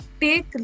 take